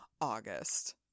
august